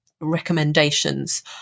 recommendations